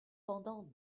pendant